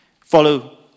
Follow